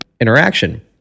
interaction